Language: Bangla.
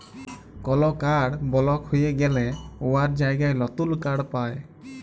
কল কাড় বলক হঁয়ে গ্যালে উয়ার জায়গায় লতুল কাড় পায়